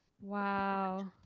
Wow